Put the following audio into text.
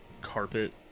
Carpet